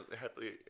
happily